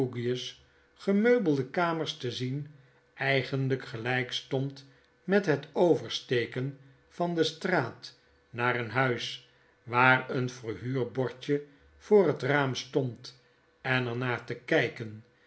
gemeubelde kamers te zien eigenlyk gelyk stond met het oversteken van de straat naar een huis waar een verhuurbordje voor het raam stond en er naar te kyken